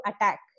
attack